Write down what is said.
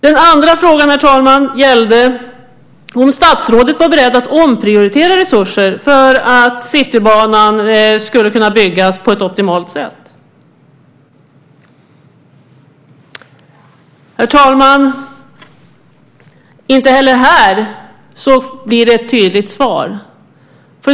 Den andra frågan, herr talman, gällde om statsrådet var beredd att omprioritera resurser för att Citybanan skulle kunna byggas på ett optimalt sätt. Herr talman! Inte heller här blir det ett tydligt svar.